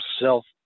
self